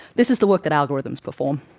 this is the work that algorithms perform